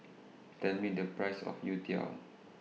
Tell Me The Price of Youtiao